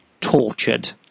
tortured